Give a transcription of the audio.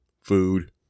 Food